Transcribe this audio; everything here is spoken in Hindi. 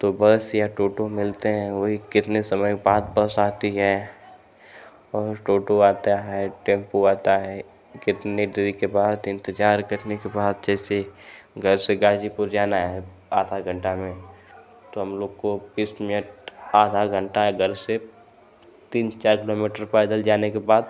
तो बस या टोटो मिलते हैं वही कितने समय बाद बस आती है और टोटो आता है टेम्पो आता है कितने देरी के बाद इंतजार करने के बाद जैसे घर से गाजीपुर जाना है आधा घंटा में तो हम लोग को बीस मिनट आधा घंटा घर से तीन चार किलोमीटर पैदल जाने के बाद